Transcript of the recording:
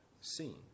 seen